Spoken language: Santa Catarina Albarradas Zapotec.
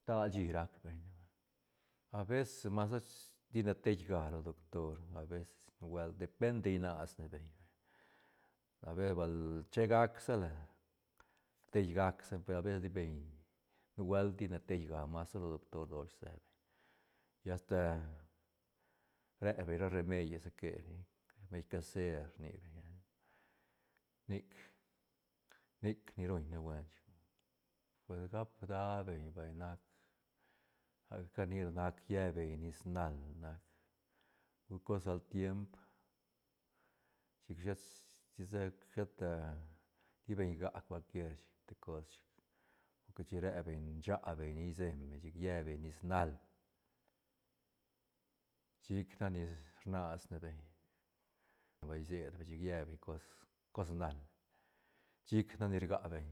stal shí rac beñ ne vay habeces masa ti ne tei ga lo doctor habeces nubuelt depende inas ne beñ abe bal chegac sa la rtei gac sa per habeces ti beñ nuebuelt ti ne teiga masa lo doctor dosh se beñ lla asta re beñ ra remedie se que nia remeid caser rni beñ ra ne nic- nic ne ruñne buen chic pues gap da beñ vay nac sa ca cania nac lle beñ nis nal nac pur cos altiemp chic shet si sac sheta ti beñ nga cualquier chic te cos chic hui cat chi re beñ scha beñ nia iseñ beñ chic lle beñ nis nal chic nac ni rnas ne beñ pues sied beñ chic lle beñ cos nal chic nac ni rga beñ.